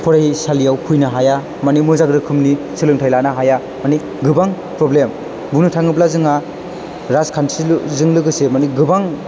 फरायसालियाव फैनो हाया मानि मोजां रोखोमनि सोलोंथाइ लानो हाया मानि गोबां प्रब्लेम बुंनो थाङोब्ला जोंहा राजखान्थिलुजों लोगोसे मानि गोबां